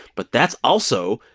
but that's also,